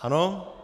Ano?